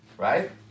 right